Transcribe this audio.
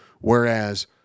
Whereas